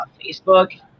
Facebook